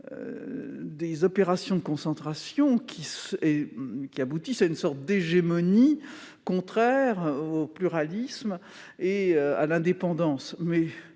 des opérations de concentration n'aboutissent à une sorte d'hégémonie qui serait contraire au pluralisme et à l'indépendance.